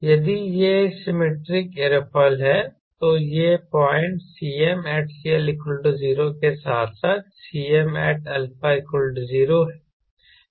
यदि यह symmetric aerofoil है तो यह पॉइंटCmatCL0 के साथ साथ Cmat α0 है